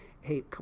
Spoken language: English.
hey